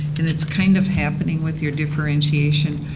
and it's kind of happening with your differentiation,